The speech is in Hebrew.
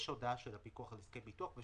יש הודעה של הפיקוח על נזקי ביטוח.